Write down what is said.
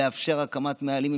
לאפשר הקמת מאהלים,